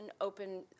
open